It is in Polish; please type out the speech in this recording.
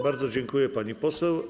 Bardzo dziękuję, pani poseł.